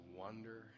wonder